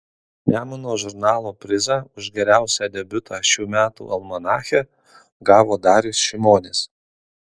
nemuno žurnalo prizą už geriausią debiutą šių metų almanache gavo darius šimonis